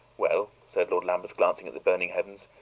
well, said lord lambeth, glancing at the burning heavens,